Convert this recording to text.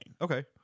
Okay